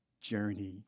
Journey